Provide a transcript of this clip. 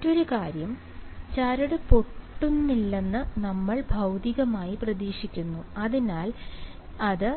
മറ്റൊരു കാര്യം ചരട് പൊട്ടുന്നില്ലെന്ന് നമ്മൾ ഭൌതികമായി പ്രതീക്ഷിക്കുന്നു അതിനാൽ അത്